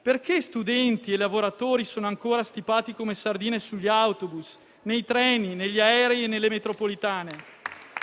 Perché studenti e lavoratori sono ancora stipati come sardine su autobus, treni, aerei e metropolitane?